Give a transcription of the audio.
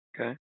Okay